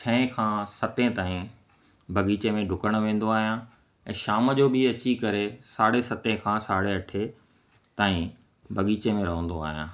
छहें खां सतें ताईं बगीचे में डुकणु वेंदो आहियां ऐं शाम जो बि अची करे साढे सतें खां साढे अठें ताईं बग़ीचे में रहंदो आहियां